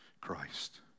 Christ